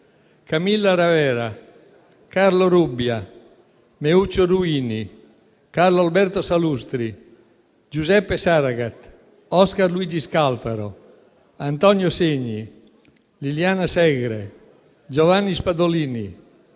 Camilla Ravera, Carlo Rubbia, Meuccio Ruini, Carlo Alberto Salustri, Giuseppe Saragat, Oscar Luigi Scalfaro, Antonio Segni, Liliana Segre, Giovanni Spadolini,